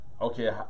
okay